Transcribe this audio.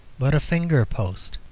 but a finger-post.